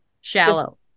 shallow